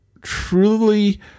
truly